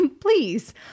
Please